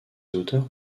auteurs